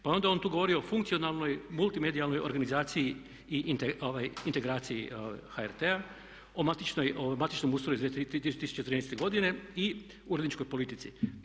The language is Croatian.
Pa je onda on tu govorio o funkcionalnoj multimedijalnoj organizaciji i integraciji HRT-a, o matičnom ustroju iz 2013. godine i uredničkoj politici.